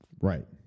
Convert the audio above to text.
Right